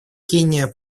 кения